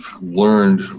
learned